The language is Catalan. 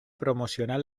promocionar